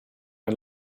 and